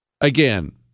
Again